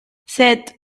set